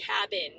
cabin